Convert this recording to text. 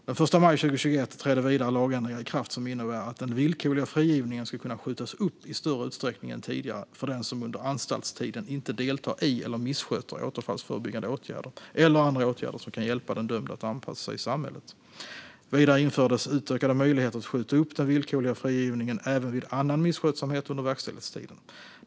Den 1 maj 2021 trädde vidare lagändringar i kraft som innebär att den villkorliga frigivningen ska kunna skjutas upp i större utsträckning än tidigare för den som under anstaltstiden inte deltar i eller missköter återfallsförebyggande åtgärder eller andra åtgärder som kan hjälpa den dömde att anpassa sig i samhället. Vidare infördes utökade möjligheter att skjuta upp den villkorliga frigivningen även vid annan misskötsamhet under verkställighetstiden.